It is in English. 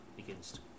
Begins